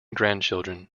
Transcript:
grandchildren